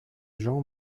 gens